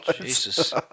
Jesus